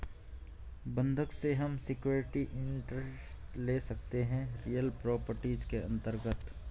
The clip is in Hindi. बंधक से हम सिक्योरिटी इंटरेस्ट ले सकते है रियल प्रॉपर्टीज के अंतर्गत